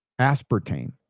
aspartame